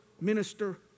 minister